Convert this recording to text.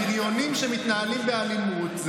הבריונים שמתנהלים באלימות,